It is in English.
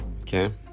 Okay